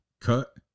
cut